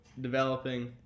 developing